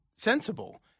sensible